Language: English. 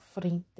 Frente